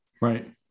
Right